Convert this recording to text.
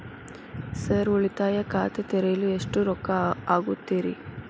Sir ಉಳಿತಾಯ ಖಾತೆ ತೆರೆಯಲು ಎಷ್ಟು ರೊಕ್ಕಾ ಆಗುತ್ತೇರಿ?